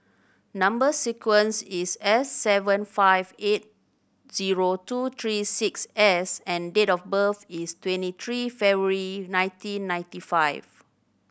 number sequence is S seven five eight zero two three six S and date of birth is twenty three February nineteen ninety five